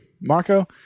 Marco